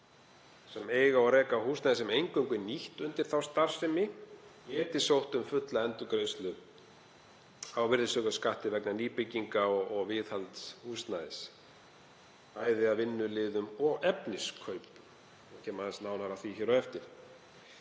sem eiga og reka húsnæði sem eingöngu er nýtt undir þá starfsemi, geti sótt um fulla endurgreiðslu á virðisaukaskatti vegna nýbygginga og viðhalds húsnæðis, bæði af vinnuliðum og efniskaupum. Ég kem aðeins nánar að því á eftir.